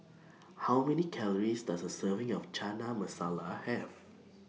How Many Calories Does A Serving of Chana Masala Have